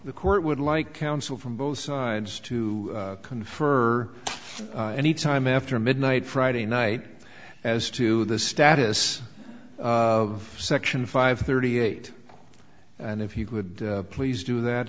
the court would like counsel from both sides to confer any time after midnight friday night as to the status of section five thirty eight and if you could please do that